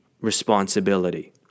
responsibility